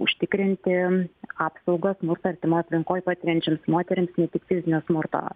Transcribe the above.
užtikrinti apsaugą smurtą artimoj aplinkoj patiriančioms moterims ne tik fizinio smurto